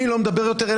אני לא מדבר יותר,